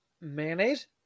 mayonnaise